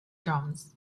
drums